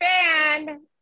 Fan